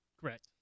Correct